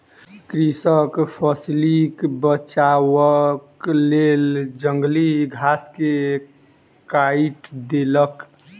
कृषक फसिलक बचावक लेल जंगली घास के काइट देलक